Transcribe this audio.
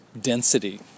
density